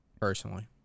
personally